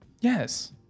Yes